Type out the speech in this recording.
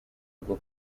bwo